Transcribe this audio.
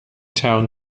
town